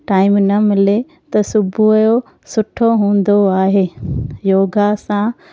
time न मिले त सुबुह जो सुठो हूंदो आहे योगा सां